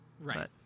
Right